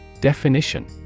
Definition